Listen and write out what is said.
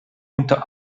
unter